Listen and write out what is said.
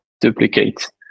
duplicate